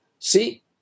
see